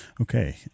Okay